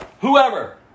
whoever